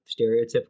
stereotypical